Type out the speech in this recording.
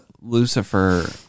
Lucifer